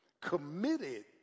committed